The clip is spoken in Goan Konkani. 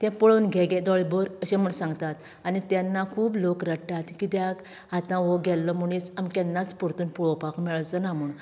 तें पळोवन घे गे दोळेभर अशें म्हण सांगतात आनी तेन्ना खूब लोक रडटात कित्याक आतां हो गेल्लो मनीस आमकां केन्नाच परतून पळोवपाक मेळचोना म्हण